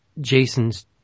jason's